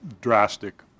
drastic